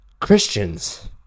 Christians